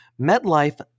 MetLife